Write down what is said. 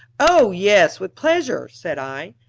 oh yes, with pleasure, said i.